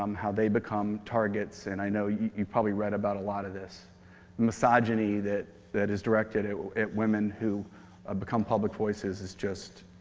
um how they become targets. and i know you've you've probably read about a lot of this misogyny that that is directed at at women who ah become public voices, it's just